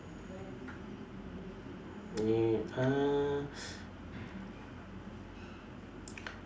mm !huh!